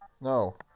No